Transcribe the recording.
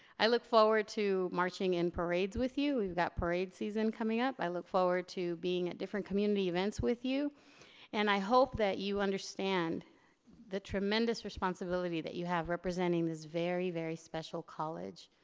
i look forward to marching in parades with you. we've got parade season coming up. i look forward to being at different community events with you and i hope that you understand the tremendous responsibility that you have representing this very very special college.